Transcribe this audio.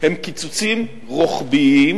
הם קיצוצים רוחביים